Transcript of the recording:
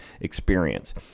experience